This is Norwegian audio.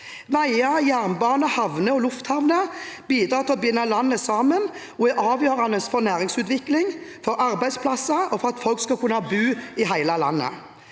Veier, jernbane, havner og lufthavner bidrar til å binde landet sammen og er avgjørende for næringsutvikling, for arbeidsplasser og for at folk skal kunne bo i hele landet.